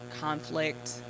conflict